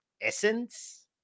Essence